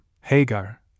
Hagar